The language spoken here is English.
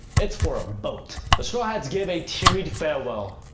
it's for a boat, the straw hats give a tearied farewell,